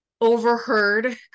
overheard